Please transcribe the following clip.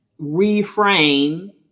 reframe